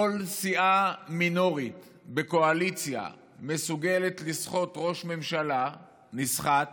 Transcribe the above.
כל סיעה מינורית בקואליציה מסוגלת לסחוט ראש ממשלה נסחט